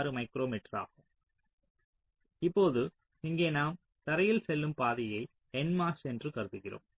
36 micrometre ஆகும் இப்போது இங்கே நாம் தரையில் செல்லும் பாதையை nMOS என்று கருதுகிறோம்